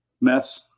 mess